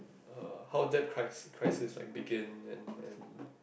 uh how debt crisis crisis like begin and and